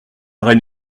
reine